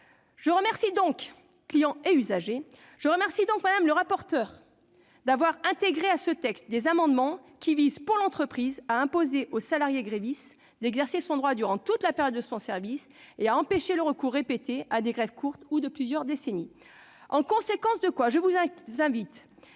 Je remercie donc Mme le rapporteur d'avoir intégré à ce texte des amendements visant à permettre à l'entreprise d'imposer au salarié gréviste d'exercer son droit durant toute la période de son service et à empêcher le recours répété à des grèves courtes ou de plusieurs décennies. En conséquence de quoi, je vous invite,